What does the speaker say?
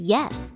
Yes